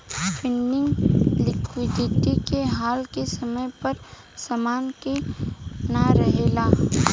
funding liquidity के हाल में समय पर समान के ना रेहला